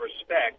respect